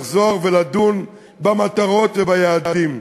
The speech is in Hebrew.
לחזור ולדון במטרות וביעדים.